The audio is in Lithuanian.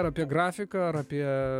ar apie grafiką ar apie